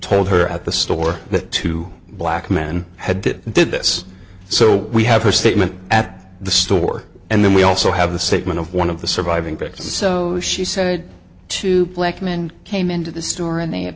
told her at the store that two black men had that did this so we have her statement at the store and then we also have the statement of one of the surviving victims so she said two black men came into the store and they